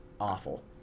awful